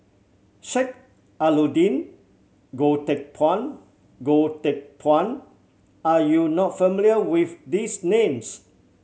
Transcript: Sheik Alau'ddin Goh Teck Phuan Goh Teck Phuan are you not familiar with these names